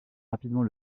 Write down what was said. rapidement